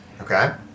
Okay